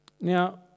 Now